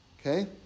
Okay